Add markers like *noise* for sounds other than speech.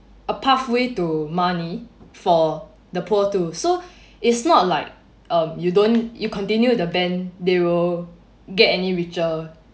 a pathway to money for the poor too so *breath* it's not like um you don't you continue the ban they will get any richer